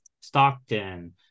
Stockton